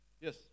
Yes